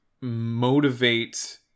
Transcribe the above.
motivate